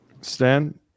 Stan